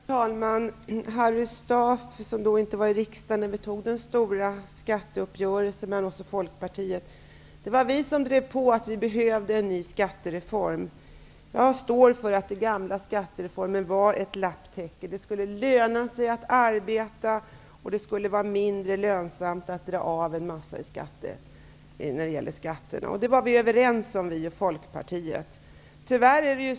Herr talman! Harry Staaf var inte i riksdagen då vi träffade den stora skatteöverenskommelsen med Folkpartiet. Det var vi som drev på att vi behövde en ny skattereform. Jag tillstår att den gamla skattereformen var ett lapptäcke. Det skulle löna sig att arbete och det skulle vara mindre lönsamt att dra av en massa när det gäller skatter. Det var vi och Folkpartiet överens om.